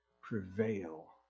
prevail